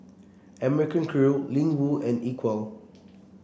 American Crew Ling Wu and Equal